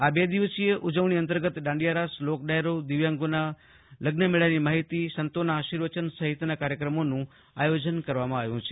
આ બે દિવસીય ઉજવણી અંતર્ગત દાંડીયારાસ લોક દાયરો દિવ્યાંગના લગ્નમેળાની માહિતી સંતોના આશીર્વચન સહિતના કાર્યક્રમોનું આયોજન કરવામાં આવ્યું છે